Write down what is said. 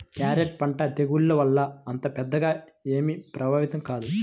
carrot పంట తెగుళ్ల వల్ల అంత పెద్దగా ఏమీ ప్రభావితం కాదు